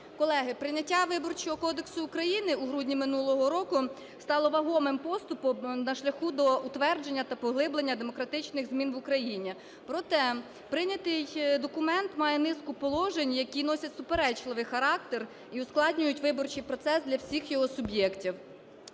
Колеги, прийняття Виборчого кодексу України у грудні минулого року стало вагомим поступом на шляху до утвердження та поглиблення демократичних змін в Україні. Проте прийнятий документ має низку положень, які носять суперечливий характер і ускладнюють виборчий процес для всіх його суб'єктів.